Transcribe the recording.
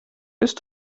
ist